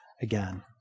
again